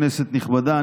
כנסת נכבדה,